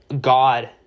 God